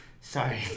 sorry